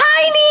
Tiny